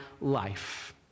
life